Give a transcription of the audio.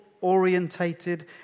orientated